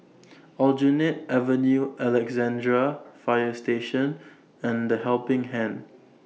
Aljunied Avenue Alexandra Fire Station and The Helping Hand